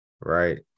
right